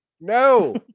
no